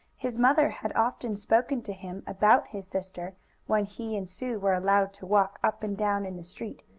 his mother had often spoken to him about his sister when he and sue were allowed to walk up and down in the street,